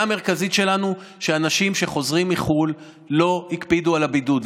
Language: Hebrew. הבעיה המרכזית שלנו היא שאנשים שחוזרים מחו"ל לא הקפידו על הבידוד,